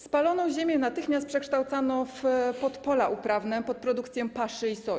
Spaloną ziemię natychmiast przekształcano pod pola uprawne, pod produkcję paszy i soi.